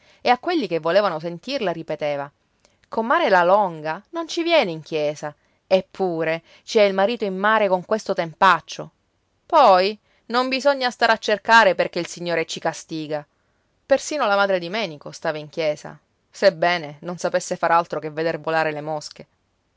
e a quelli che volevano sentirla ripeteva comare la longa non ci viene in chiesa eppure ci ha il marito in mare con questo tempaccio poi non bisogna stare a cercare perché il signore ci castiga persino la madre di menico stava in chiesa sebbene non sapesse far altro che veder volare le mosche